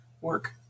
work